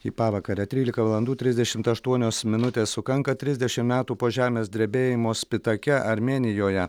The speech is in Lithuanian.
į pavakarę trylika valandų trisdešimt aštuonios minutės sukanka trisdešimt metų po žemės drebėjimo spitake armėnijoje